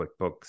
QuickBooks